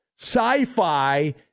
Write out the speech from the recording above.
sci-fi